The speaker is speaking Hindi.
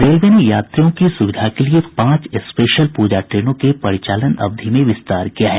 रेलवे ने यात्रियों की सूविधा के लिए पांच स्पेशल पूजा ट्रेनों के परिचालन अवधि में विस्तार किया है